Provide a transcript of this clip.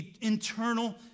Internal